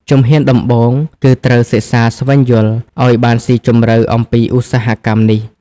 ជំហានដំបូងគឺត្រូវសិក្សាស្វែងយល់ ឱ្យបានស៊ីជម្រៅអំពីឧស្សាហកម្មនេះ។